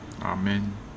Amen